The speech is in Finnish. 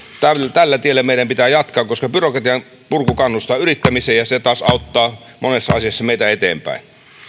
tällä tiellä meidän pitää jatkaa koska byrokratianpurku kannustaa yrittämiseen ja se taas auttaa monessa asiassa meitä eteenpäin